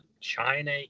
China